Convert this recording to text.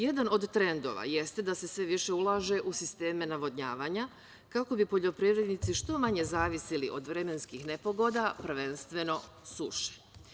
Jedan od trendova jeste da se sve više ulaže u sisteme navodnjavanja, kako bi poljoprivrednici što manje zavisili od vremenskih nepogoda, prvenstveno suše.